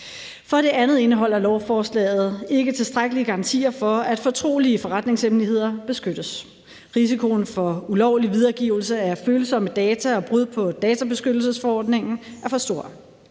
For det andet indeholder lovforslaget ikke tilstrækkelige garantier for, at fortrolige forretningshemmeligheder beskyttes. Risikoen for ulovlig videregivelse af følsomme data og brud på databeskyttelsesforordningen er for stor.